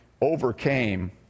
overcame